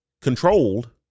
controlled